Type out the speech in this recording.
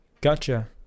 Gotcha